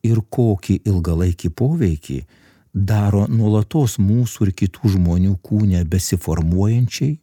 ir kokį ilgalaikį poveikį daro nuolatos mūsų ir kitų žmonių kūne besiformuojančiai